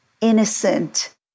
innocent